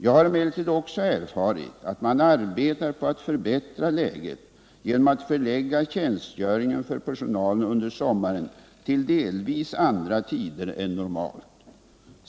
Jag har emellertid också erfarit att man arbetar på att förbättra läget genom att förlägga tjänstgöringen för personalen under sommaren till delvis andra tider än normalt.